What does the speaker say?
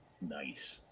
Nice